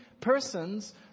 persons